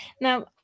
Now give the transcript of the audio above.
Now